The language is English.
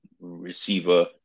receiver